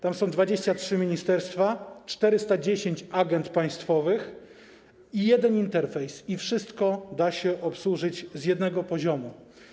Tam są 23 ministerstwa, 410 agend państwowych i 1 interfejs i wszystko da się obsłużyć z jednego poziomu.